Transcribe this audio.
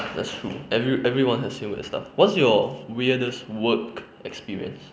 that's true every everyone have seen weird stuff what is your weirdest work experience